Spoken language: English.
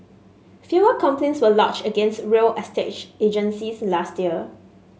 fewer complaints were lodged against real estate agencies last year